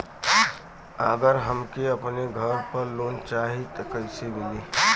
अगर हमके अपने घर पर लोंन चाहीत कईसे मिली?